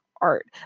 art